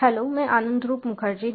hello मैं आनंदरूप मुखर्जी हूं